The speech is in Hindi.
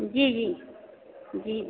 जी जी जी